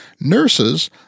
Nurses